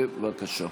בבקשה.